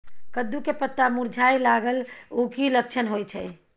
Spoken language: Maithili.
कद्दू के पत्ता मुरझाय लागल उ कि लक्षण होय छै?